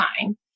time